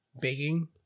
Baking